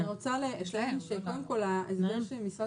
אני רוצה לציין שקודם כול ההסבר שמשרד